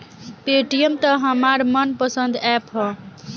Paytm त हमार मन पसंद ऐप ह